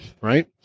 right